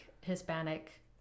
Hispanic